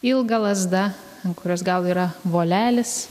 ilga lazda ant kurios galo yra volelis